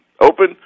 Open